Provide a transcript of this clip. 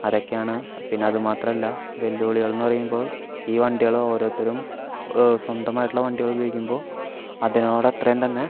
അതൊക്കെയാണ് പിന്നെ അതുമാത്രല്ല വെല്ലുവിളികളെന്ന് പറയുമ്പോൾ ഈ വണ്ടികൾ ഓരോത്തരും സ്വന്തമായിട്ടുള്ള വണ്ടികളുപയോഗിക്കുമ്പോൾ അതിനോടത്രയും തന്നെ